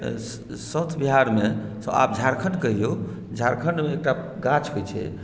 south बिहारमे से आब झारखण्ड कहियौ झारखण्डमे एकटा गाछ होइ छै